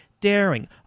daring